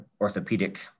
orthopedic